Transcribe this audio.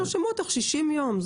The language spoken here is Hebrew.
תרשמו תוך 60 ימים.